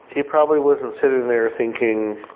he probably wasn't sitting there thinking,